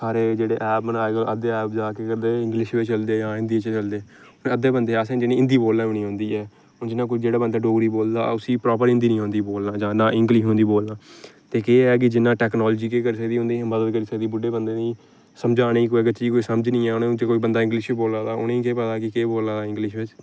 सारे ऐप जेह्ड़े बनाए दे ऐप जादा केह् करदे अद्धे इंग्लिश बिच्च चलदे जां हिन्दी च चलदे अद्धे बंदे ऐसे जि'नेंगी हिन्दी बोलना बी निं औंदी ऐ हून जियां कोई जेह्ड़ा बंदा डोगरी बोलदा उसी प्रापर हिन्दी निं औंदी बोलना जां नां इंग्लिश औंदी बोलना ते केह् ऐ कि जियां टैकनालजी केह् करी सकदी उ'नेंगी मदद करी सकदी बुड्ढे बंदे दी समझाने गी अगर कोई चीज समझ निं आन कोई बंदा इंग्लिश च बोला दा उ'नेंगी केह् पता कि केह् बोला दा इंग्लिश बिच्च